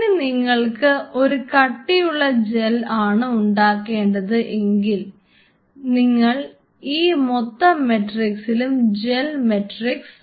ഇനി നിങ്ങൾക്ക് ഒരു കട്ടിയുള്ള ജെൽ ആണ് ഉണ്ടാക്കേണ്ടത് എങ്കിൽ നിങ്ങൾ ഈ മൊത്തം മെട്രിക്സിലും ജെൽ മെട്രിക്സ്